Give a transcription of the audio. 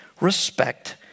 Respect